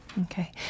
Okay